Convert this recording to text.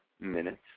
minutes